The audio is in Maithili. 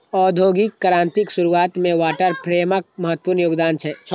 औद्योगिक क्रांतिक शुरुआत मे वाटर फ्रेमक महत्वपूर्ण योगदान छै